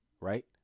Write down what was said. Right